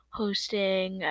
hosting